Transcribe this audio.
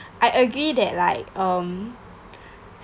I agree that like um